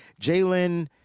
Jalen –